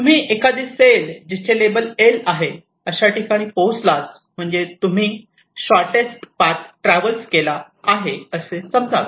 तुम्ही एखादी सेल जिचे लेबल 'L' आहे अशा ठिकाणी पोहोचलाच म्हणजे तुम्ही शॉर्टटेस्ट पाथ ट्रॅव्हल्स केला आहे असे समजावे